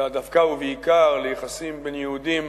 אלא דווקא ובעיקר ליחסים בין יהודים